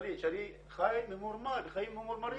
שאני חי ממורמר, חיים ממורמרים.